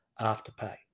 Afterpay